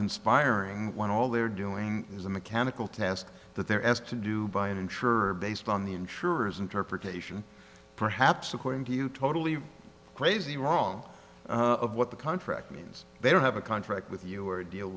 conspiring one all they're doing is a mechanical task that they're asked to do by an insurer based on the insurers interpretation perhaps according to you totally crazy wrong of what the contract means they don't have a contract with you or deal